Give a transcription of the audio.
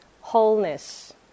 wholeness